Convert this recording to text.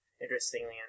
interestingly